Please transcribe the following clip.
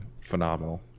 Phenomenal